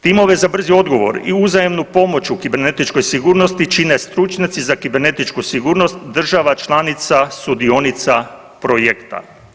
Timove za brzi odgovor i uzajamnu pomoć u kibernetičkoj sigurnosti čine stručnjaci za kibernetičku sigurnost država članica sudionica projekta.